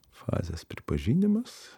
fazės pripažinimas